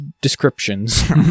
Descriptions